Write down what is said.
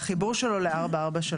החיבור שלו ל-443.